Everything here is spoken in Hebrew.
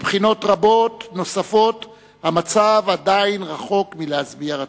מבחינות רבות נוספות המצב עדיין רחוק מלהשביע רצון.